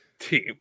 team